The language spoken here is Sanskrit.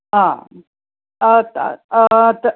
आम्